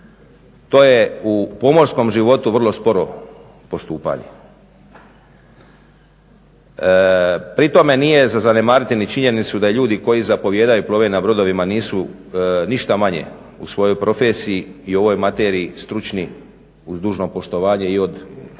to je u pomorskom životu vrlo sporo postupanje. Pri tome nije za zanemariti ni činjenicu da ljudi koji zapovijedaju i plove na brodovima nisu ništa manje u svojoj profesiji i ovoj materiji stručni uz dužno poštovanje i od ljudi